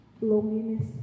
loneliness